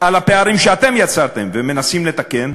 על הפערים שאתם יצרתם ומנסים לתקן,